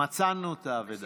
מצאנו את האבדה.